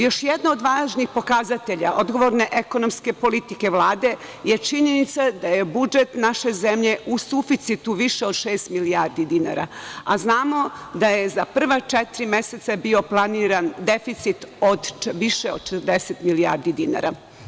Još jedna od važnih pokazatelja odgovorne ekonomske politike Vlade je činjenica da je budžet naše zemlje u suficitu više od šest milijardi dinara, a znamo da je za prva četiri meseca bio planiran deficit od više od 60 milijardi dinara.